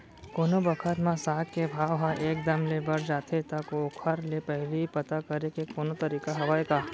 कोनो बखत म साग के भाव ह एक दम ले बढ़ जाथे त ओखर ले पहिली पता करे के कोनो तरीका हवय का?